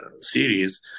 series